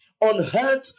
unhurt